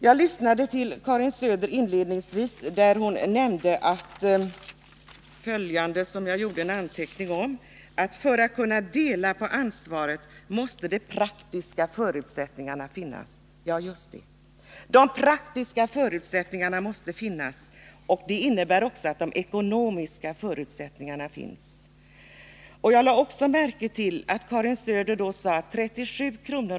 Jag lyssnade till Karin Söder och gjorde en anteckning om att hon nämnde att för att man skall kunna dela på ansvaret måste de praktiska förutsättningarna finnas. Ja, just det. De praktiska förutsättningarnana måste finnas, och det innebär också att de ekonomiska förutsättningarna finns. Jag noterade också att Karin Söder sade att 37 kr.